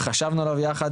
וחשבנו עליו יחד,